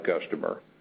customer